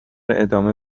ادامه